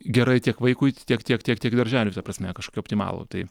gerai tiek vaikui tiek tiek tiek darželiui ta prasme kažkokį optimalų tai